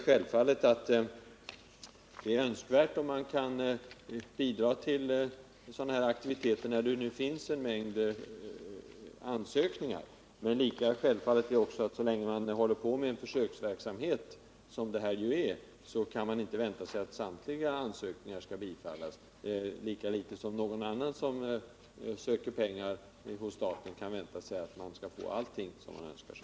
Självfallet är det önskvärt att man kan bidra till sådana här aktiviteter när det nu finns ansökningar, men lika självklart är att man så länge en försöksverksamhet pågår, som det ju här är fråga om, inte kan vänta att samtliga ansökningar kommer att bifallas — lika litet som andra som ansöker om statens pengar kan vänta sig att få allt vad de önskar sig.